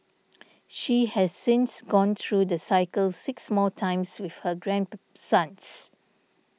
she has since gone through the cycle six more times with her grandsons